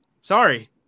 Sorry